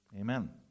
Amen